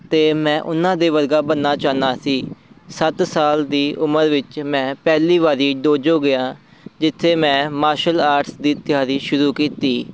ਅਤੇ ਮੈਂ ਉਹਨਾਂ ਦੇ ਵਰਗਾ ਬਣਨਾ ਚਾਹੁੰਦਾ ਸੀ ਸੱਤ ਸਾਲ ਦੀ ਉਮਰ ਵਿੱਚ ਮੈਂ ਪਹਿਲੀ ਵਾਰੀ ਦੋਜੋ ਗਿਆ ਜਿੱਥੇ ਮੈਂ ਮਾਰਸ਼ਲ ਆਰਟਸ ਦੀ ਤਿਆਰੀ ਸ਼ੁਰੂ ਕੀਤੀ